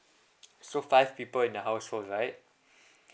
so five people in the household right